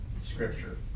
Scripture